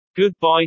Goodbye